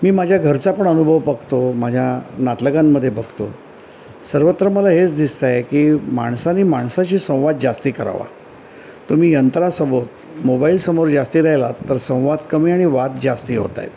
मी माझ्या घरचा पण अनुभव बघतो माझ्या नातलगांमधे बघतो सर्वत्र मला हेच दिसतं आहे की माणसानी माणसाशी संवाद जास्ती करावा तुम्ही यंत्रासमोर मोबाईलसमोर जास्ती राहिलात तर संवाद कमी आणि वाद जास्ती होत आहेत